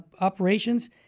operations